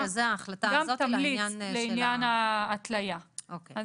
גם בחקיקה מקבילה יש --- תראו,